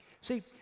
See